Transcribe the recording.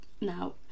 now